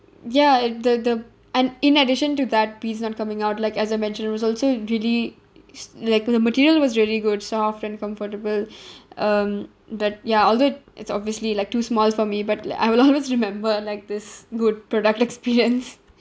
ya and the the and in addition to that piece not coming out like as I mentioned it was also really like the material was really good soft and comfortable um but ya although it it's obviously like too small for me but I will always remember like this good product experience